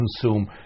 consume